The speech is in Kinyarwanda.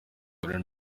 umugore